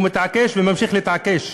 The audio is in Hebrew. הוא מתעקש וממשיך להתעקש.